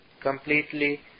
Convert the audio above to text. completely